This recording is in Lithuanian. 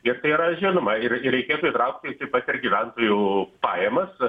ir tai yra žinoma ir ir reikėtų įtraukti taipat gyventojų pajamas